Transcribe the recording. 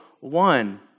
one